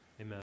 Amen